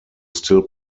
still